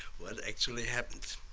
well, actually happened.